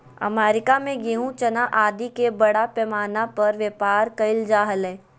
America में गेहूँ, चना आदि के बड़ा पैमाना पर व्यापार कइल जा हलय